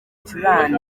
ibicurane